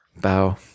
bow